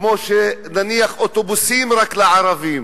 כמו שנניח אוטובוסים רק לערבים